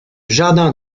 jardin